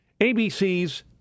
ABC's